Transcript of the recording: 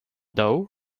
doe